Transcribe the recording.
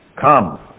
Come